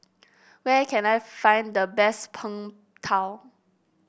where can I find the best Png Tao